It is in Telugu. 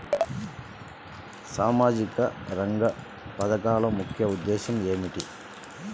సామాజిక రంగ పథకాల ముఖ్య ఉద్దేశం ఏమిటీ?